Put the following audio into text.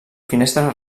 finestra